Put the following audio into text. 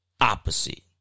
opposite